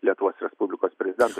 lietuvos respublikos prezidentui